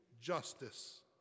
justice